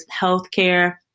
healthcare